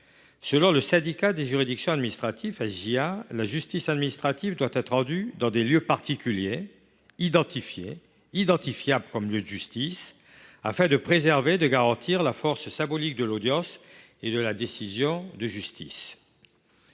Selon le Syndicat de la juridiction administrative (SJA), la justice administrative doit être rendue dans des lieux particuliers, identifiés et identifiables comme lieux de justice, afin de préserver et de garantir la force symbolique de l’audience et de la décision de justice.